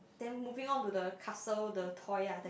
then moving on to the castle the toy ah the